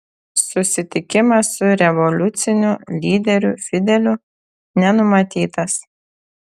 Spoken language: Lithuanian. susitikimas su revoliuciniu lyderiu fideliu nenumatytas